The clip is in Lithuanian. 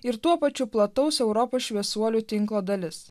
ir tuo pačiu plataus europos šviesuolių tinklo dalis